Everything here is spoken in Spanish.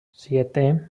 siete